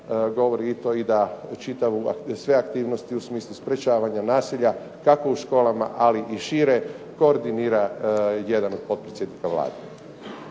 govori i to i da sve aktivnosti u smislu sprječavanja nasilja kako u školama, ali i šire koordinira jedan od potpredsjednika Vlade.